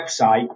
website